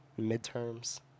midterms